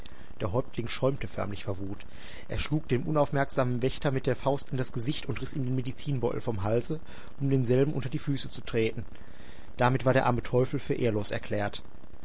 der häuptling schäumte förmlich vor wut er schlug dem unaufmerksamen wächter mit der faust in das gesicht und riß ihm den medizinbeutel vom halse um denselben unter die füße zu treten damit war der arme teufel für ehrlos erklärt